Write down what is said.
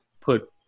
put